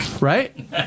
Right